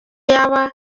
yaba